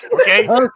Okay